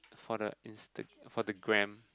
for the insta for the gra,